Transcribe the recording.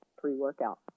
pre-workout